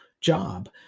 job